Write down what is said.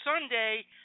Sunday